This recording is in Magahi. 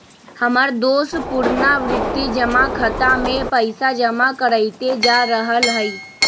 हमर दोस पुरनावृति जमा खता में पइसा जमा करइते जा रहल हइ